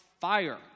fire